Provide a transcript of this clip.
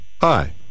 Hi